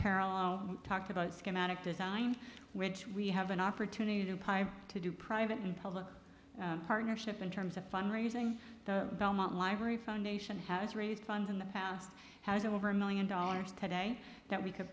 unparallel talked about schematic design which we have an opportunity to do private and public partnership in terms of fund raising the belmont library foundation has raised funds in the past has over a million dollars today that we could